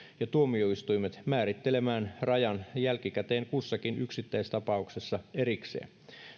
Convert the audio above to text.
ja tuomioistuimet määrittelemään rajan jälkikäteen kussakin yksittäistapauksessa erikseen